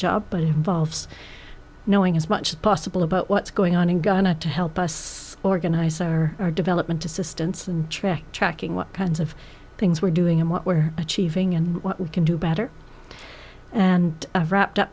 job but involves knowing as much as possible about what's going on in ghana to help us organize our development assistance and track tracking what kinds of things we're doing and what we're achieving and what we can do better and wrapped up